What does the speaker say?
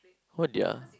oh dear